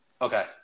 Okay